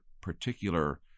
particular